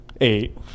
eight